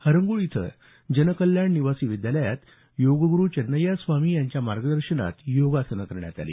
हरंगुळ इथं जनकल्याण निवासी विद्यालयात योगगुरू चन्नय्या स्वामी यांच्या मार्गदर्शनात योगासनं करण्यात आली